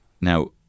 now